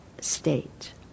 state